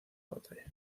batalla